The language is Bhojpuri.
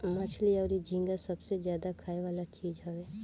मछली अउरी झींगा सबसे ज्यादा खाए वाला चीज हवे